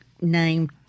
named